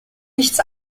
nichts